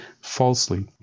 falsely